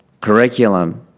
curriculum